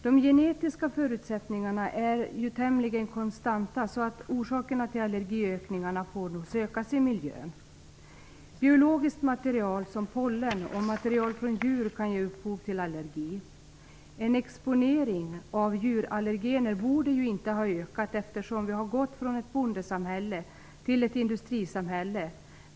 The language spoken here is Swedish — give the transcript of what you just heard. De genetiska förutsättningarna är tämligen konstanta, så orsakerna till allergiökningen får nog sökas i miljön. Biologiskt material som pollen och material från djur kan ge upphov till allergi. Exponering för djurallergener borde inte ha ökat, eftersom vi har gått från ett bondesamhälle till ett industrisamhälle.